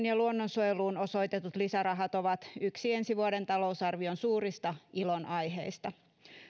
ja luonnonsuojeluun osoitetut lisärahat ovat yksi ensi vuoden talousarvion suurista ilonaiheista